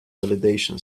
validation